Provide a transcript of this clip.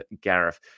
Gareth